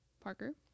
Parker